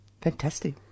fantastic